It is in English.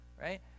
right